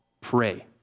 pray